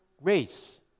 race